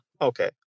Okay